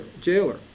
jailer